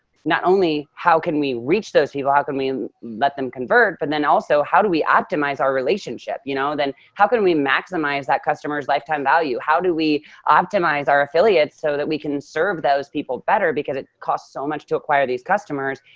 not only how can we reach those people, how can we let them convert? but then also how do we optimize our relationship? you know then how can we maximize that customer's lifetime value? how do we optimize our affiliates so that we can serve those people better? because it costs so much to acquire these customers,